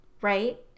Right